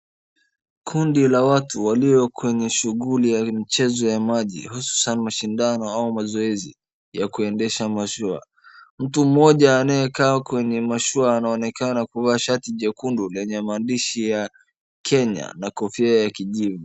Kundi la watu walio kwenye shughuli ya mchezo ya maji hususaan mashindano au mazoezi ya kuendesha mashua mtu mmoja aliyekaa kwenye mashua anaonekana kuvaa shati jekundu lenye maandishi ya Kenya na kofia ya kijivu.